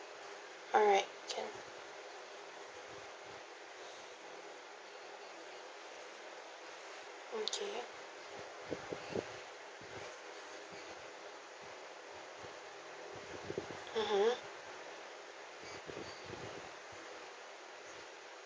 alright can okay (uh huh)